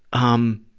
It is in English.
um,